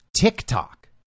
TikTok